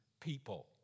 people